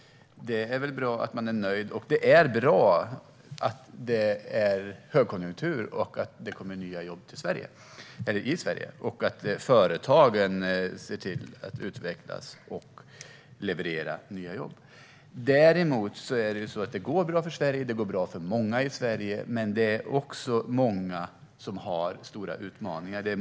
Det är bra att man är nöjd. Det är även bra att det är högkonjunktur och att nya jobb tillkommer i Sverige liksom att företagen utvecklas och levererar nya jobb. Det går bra för Sverige, och det går bra för många i Sverige. Men det finns också många som har stora utmaningar.